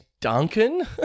Duncan